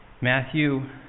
Matthew